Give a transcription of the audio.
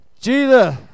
Jesus